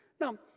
Now